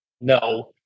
no